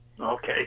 Okay